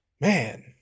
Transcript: man